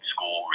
School